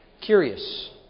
Curious